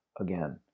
again